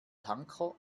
tanker